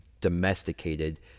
domesticated